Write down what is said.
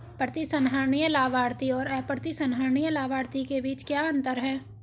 प्रतिसंहरणीय लाभार्थी और अप्रतिसंहरणीय लाभार्थी के बीच क्या अंतर है?